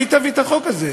שהיא תביא את החוק הזה.